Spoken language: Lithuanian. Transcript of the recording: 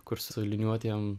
kur su liniuotėm